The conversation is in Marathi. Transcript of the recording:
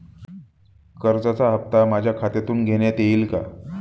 कर्जाचा हप्ता माझ्या खात्यातून घेण्यात येईल का?